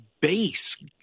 base